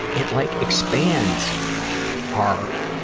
it like expands our,